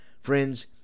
Friends